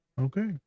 okay